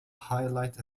highlight